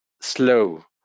slow